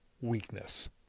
weakness